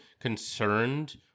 concerned